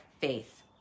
faith